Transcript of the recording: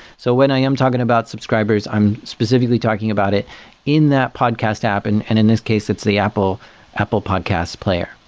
so when i am talking about subscribers i'm specifically talking about it in that podcast happen, and in this case it's the apple apple podcasts player.